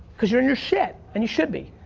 cuz you're in your shit and you should be,